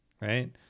Right